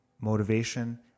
motivation